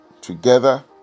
together